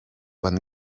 when